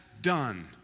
done